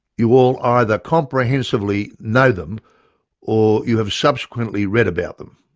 you all either comprehensively know them or you have subsequently read about them.